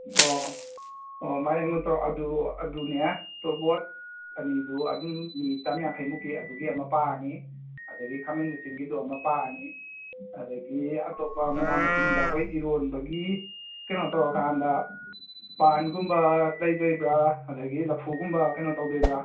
ꯑꯣ ꯑꯣ ꯃꯥꯏꯔꯦꯟ ꯃꯇꯣꯟ ꯑꯗꯨ ꯑꯗꯨꯅꯦ ꯇꯣꯔꯕꯣꯠ ꯑꯅꯤꯗꯨ ꯑꯗꯨꯝ ꯃꯤ ꯆꯥꯝꯌꯥꯡꯈꯩꯃꯨꯛꯀꯤ ꯑꯗꯨꯒꯤ ꯑꯃ ꯄꯥꯝꯃꯤ ꯑꯗꯨꯗꯒꯤ ꯈꯥꯃꯦꯟ ꯑꯁꯤꯟꯕꯤꯗꯣ ꯑꯃ ꯄꯥꯝꯃꯤ ꯑꯗꯨꯗꯒꯤ ꯑꯇꯣꯞꯄ ꯃꯅꯥ ꯃꯁꯤꯡꯗ ꯑꯩꯈꯣꯏ ꯏꯔꯣꯟꯕꯒꯤ ꯀꯩꯅꯣ ꯇꯧꯔꯀꯥꯟꯗ ꯄꯥꯟꯒꯨꯝꯕ ꯂꯩꯗꯣꯏꯕ꯭ꯔꯥ ꯑꯗꯨꯗꯒꯤ ꯂꯐꯨꯒꯨꯝꯕ ꯀꯩꯅꯣ ꯇꯧꯗꯣꯏꯕ꯭ꯔꯥ